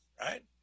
right